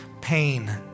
pain